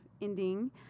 ending